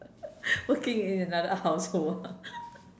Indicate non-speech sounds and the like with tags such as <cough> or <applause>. <laughs> working in another household ah <laughs>